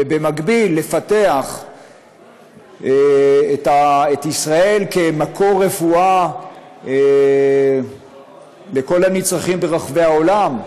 ובמקביל לפתח את ישראל כמקור רפואה לכל הנצרכים ברחבי העולם,